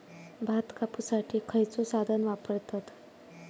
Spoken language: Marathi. भात कापुसाठी खैयचो साधन वापरतत?